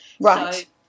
right